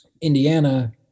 Indiana